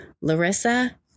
Larissa